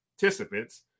participants